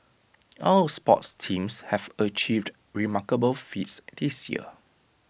our sports teams have achieved remarkable feats this year